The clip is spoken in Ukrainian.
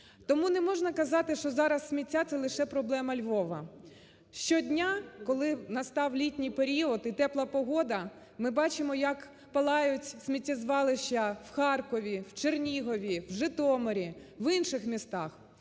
Тому не можна казати, що зараз сміття це лише проблема Львова. Щодня, коли настав літній період і тепла погода, ми бачимо, як палають сміттєзвалища в Харкові, в Чернігові, в Житомирі, в інших містах.